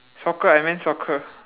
soccer I meant soccer